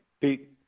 Pete